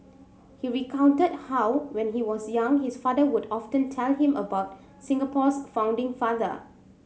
he recounted how when he was young his father would often tell him about Singapore's founding father